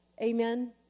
Amen